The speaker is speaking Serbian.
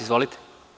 Izvolite.